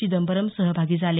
चिदंबरम सहभागी झाले